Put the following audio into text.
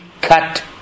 cut